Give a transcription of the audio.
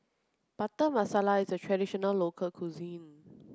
Butter Masala is a traditional local cuisine